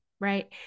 Right